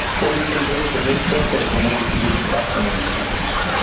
then you can visit the naics website for more information about some of these changes.